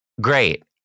Great